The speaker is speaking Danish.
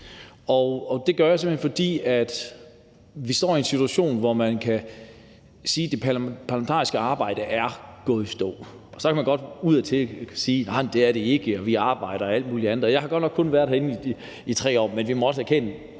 Det siger jeg, simpelt hen fordi vi står i en situation, hvor man kan sige, at det parlamentariske arbejde er gået i stå. Så kan man godt udadtil sige, at nej, det er det ikke, og at vi arbejder og alt muligt andet, og jeg har godt nok kun været herinde i 3 år, men vi må også erkende,